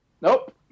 Nope